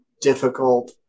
difficult